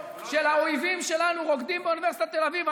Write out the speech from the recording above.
האויבים שלנו רוקדים באוניברסיטת תל אביב.